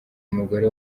umugore